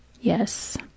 yes